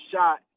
shot